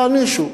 יענישו,